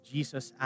Jesus